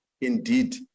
indeed